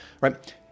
right